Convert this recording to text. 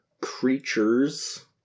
creatures